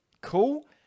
cool